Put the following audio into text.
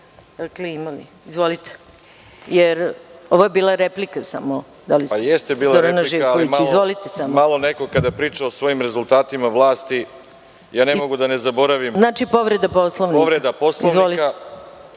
Znači povreda Poslovnika?